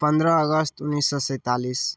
पन्द्रह अगस्त उन्नैस सए सैन्तालिस